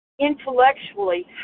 intellectually